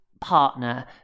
partner